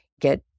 get